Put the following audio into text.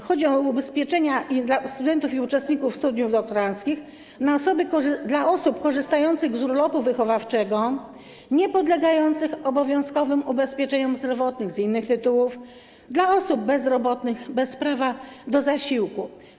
Chodzi o ubezpieczenia dla studentów i uczestników studiów doktoranckich, dla osób korzystających z urlopu wychowawczego, niepodlegających obowiązkowym ubezpieczeniom zdrowotnym z innych tytułów, dla osób bezrobotnych bez prawa do zasiłku.